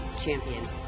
champion